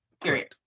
Period